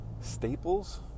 staples